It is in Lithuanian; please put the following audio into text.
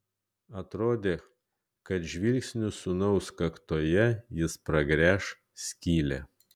atrodė kad žvilgsniu sūnaus kaktoje jis pragręš skylę